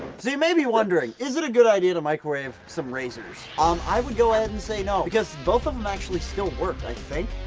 so, you may be wondering, is it a good idea to microwave some razors? um, i would go ahead and say no, because both of em actually still worked, i think.